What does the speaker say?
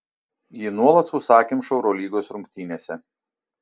ji nuolat sausakimša eurolygos rungtynėse